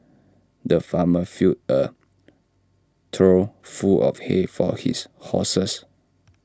the farmer filled A trough full of hay for his horses